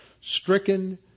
stricken